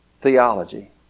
theology